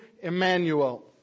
Emmanuel